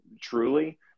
truly